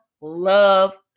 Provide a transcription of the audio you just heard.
love